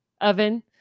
oven